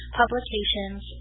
publications